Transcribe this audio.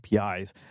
APIs